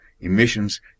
emissions